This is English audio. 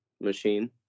machine